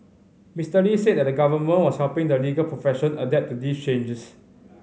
Mister Lee said that the Government was helping the legal profession adapt to these changes